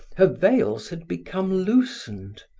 her veils had become loosened.